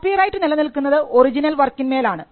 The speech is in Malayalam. കോപ്പിറൈറ്റ് നിലനിൽക്കുന്നത് ഒറിജിനൽ വർക്കിന്മേൽ ആണ്